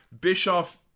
Bischoff